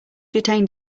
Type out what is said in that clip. retained